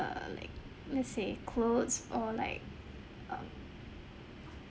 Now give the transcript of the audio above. err like let's say clothes or like err